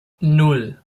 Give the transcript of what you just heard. nan